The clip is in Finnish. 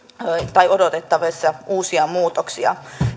odotettavissa uusia muutoksia